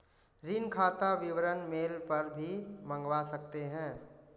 ऋण खाता विवरण मेल पर भी मंगवा सकते है